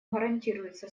гарантируется